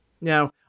Now